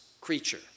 creature